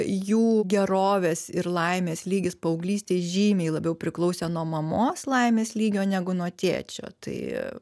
jų gerovės ir laimės lygis paauglystėj žymiai labiau priklausė nuo mamos laimės lygio negu nuo tėčio tai